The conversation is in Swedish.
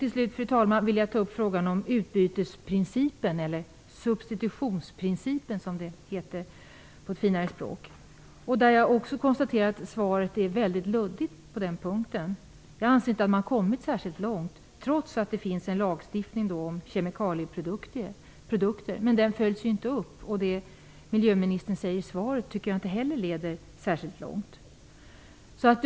Till sist vill jag ta upp frågan om utbytesprincipen eller substitutionsprincipen, som det heter på ett finare språk. Svaret är väldigt luddigt också på den punkten. Jag anser att man inte har kommit särskilt långt, trots att det finns en lagstiftning om kemikalieprodukter, men den föjs inte upp. Det som miljöministern säger i svaret leder inte heller särskilt långt.